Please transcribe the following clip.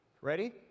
Ready